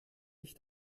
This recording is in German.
ich